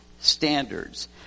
standards